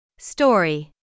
Story